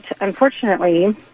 unfortunately